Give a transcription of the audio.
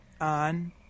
on